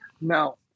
no